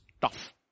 tough